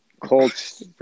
Colt's